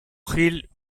gil